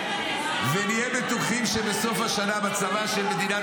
ונהיה בטוחים שבסוף השנה מצבה של מדינת